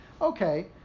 okay